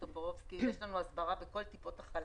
יש לנו הסברה בכל טיפות החלב.